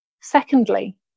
Secondly